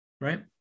right